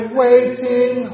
waiting